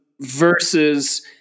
versus